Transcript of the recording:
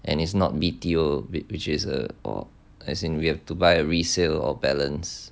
and it's not B_T_O which is uh or as in we have to buy a resale or balance